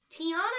Tiana